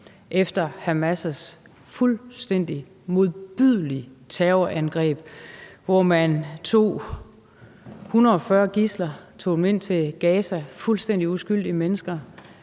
efter Hamas' fuldstændig modbydelige terrorangreb, hvor man tog 140 gidsler med ind til Gaza – fuldstændig uskyldige mennesker